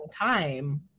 time